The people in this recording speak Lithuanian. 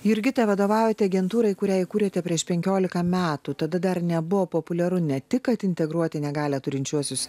jurgita vadovaujate agentūrai kurią įkūrėte prieš penkiolika metų tada dar nebuvo populiaru ne tik kad integruoti negalią turinčiuosius